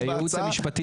בנוסף לכך,